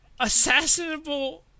assassinable